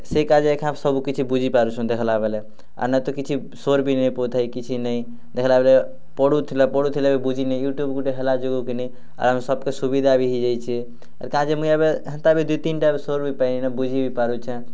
ସେ ଏକା ଯାଇକା ସବୁକିଛି ବୁଝିପାରୁଛନ୍ ଦେଖିଲାବେଳେ ଆର ନାଇଁ ତ କିଛି ସ୍ୱର ବି ନେଇ ପାଉଥେଇ କିଛିନେଇ ଦେଖଲାବେଳେ ପଢ଼ୁଥିଲା ପଢ଼ୁଥିଲା ବୁଝିନେଇ ୟୁଟ୍ୟୁବ୍ ଗୋଟେ ହେଲା ଯୋଉକିନି ଆମ ସବକେ୍ ସୁବିଧା ମଧ୍ୟ ହେଇଯାଉଛି ତା ଜାଗେ ମୁଁଇ ଏବେ ହେନ୍ତା ବି ଦୁଇ ତିନିଟା ବୁଝି ବି ପାରୁଛେ